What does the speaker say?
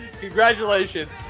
Congratulations